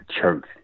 church